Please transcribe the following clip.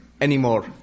anymore